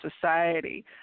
society